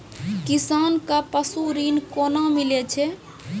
किसान कऽ पसु ऋण कोना मिलै छै?